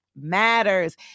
matters